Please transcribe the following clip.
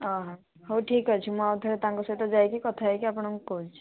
ଠିକ ଅଛି ମୁଁ ଆଉଥରେ ତାଙ୍କ ସହିତ ଯାଇକି କଥା ହେଇକି ଆପଣଙ୍କୁ କହୁଛି